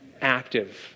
active